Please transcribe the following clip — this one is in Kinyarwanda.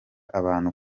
abantu